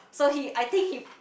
so he I think he